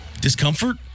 Discomfort